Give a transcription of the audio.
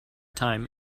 time